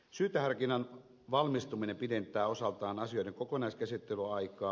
syyteharkinnan valmistuminen pidentää osaltaan asioiden kokonaiskäsittelyaikaa